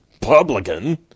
publican